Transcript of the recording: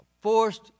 forced